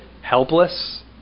helpless